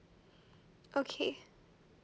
okay